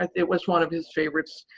it was one of his favorites.